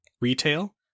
retail